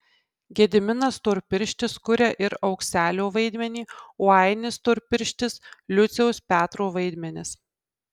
gediminas storpirštis kuria ir aukselio vaidmenį o ainis storpirštis liuciaus petro vaidmenis